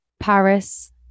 Paris